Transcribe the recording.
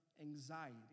anxiety